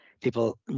people